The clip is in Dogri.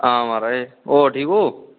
आं म्हाराज होर ठीक ओ